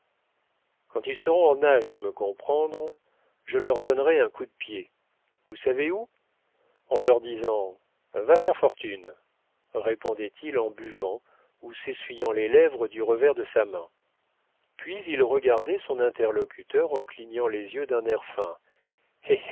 quand ils seront en âge de me comprendre je leur donnerai un coup de pied vous savez où en leur disant va faire fortune répondait-il en buvant ou s'essuyant les lèvres du revers de sa main puis il regardait son interlocuteur en clignant les yeux d'un air fin hé